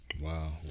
Wow